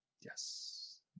Yes